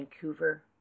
Vancouver